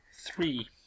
Three